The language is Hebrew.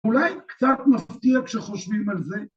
אולי קצת מפתיע כשחושבים על זה.